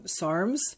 SARMs